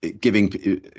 giving